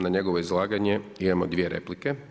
Na njegovo izlaganje imamo dvije replike.